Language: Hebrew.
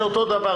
זה אותו דבר.